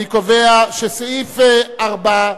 אני קובע שסעיף 4,